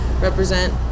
represent